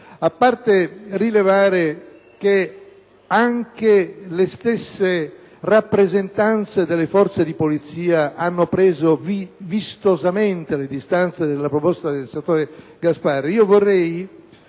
a parte rilevare che anche le stesse rappresentanze delle forze di polizia hanno preso vistosamente le distanze dalla proposta del senatore Gasparri, vorrei